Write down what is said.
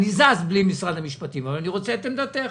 אני זז בלי משרד המשפטים אבל אני רוצה את עמדתך.